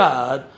God